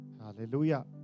Hallelujah